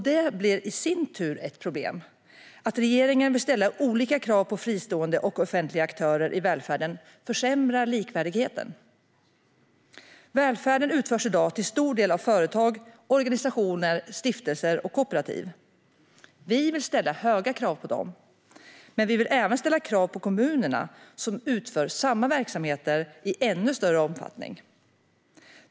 Det blir i sin tur ett problem. Att regeringen vill ställa olika krav på fristående och offentliga aktörer i välfärden försämrar likvärdigheten. Välfärden utförs i dag till stor del av företag, organisationer, stiftelser och kooperativ. Vi vill ställa höga krav på dem, men vi vill även ställa krav på kommunerna som utför samma verksamheter i ännu större omfattning.